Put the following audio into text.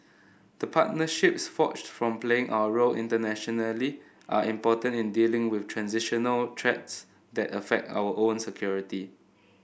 the partnerships forged from playing our role internationally are important in dealing with transnational threats that affect our own security